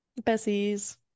bessies